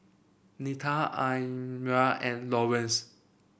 Nita Almyra and Laurence